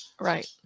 Right